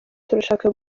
turashaka